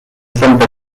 santa